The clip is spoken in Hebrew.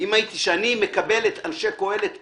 כשאני מקבל את אנשי קהלת פה,